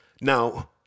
Now